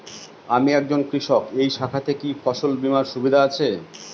আমি একজন কৃষক এই শাখাতে কি ফসল বীমার সুবিধা আছে?